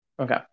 Okay